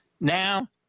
now